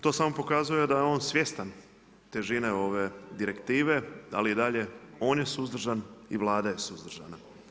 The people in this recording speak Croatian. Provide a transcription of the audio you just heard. To samo pokazuje da je on svjestan težine ove direktive ali i dalje on je suzdržan i Vlada je suzdržana.